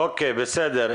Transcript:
אוקיי, בסדר.